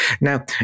Now